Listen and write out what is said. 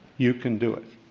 you can do it.